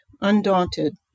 undaunted